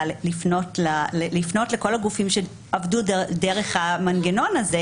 לפנות לכל הגופים שעבדו דרך המנגנון הזה,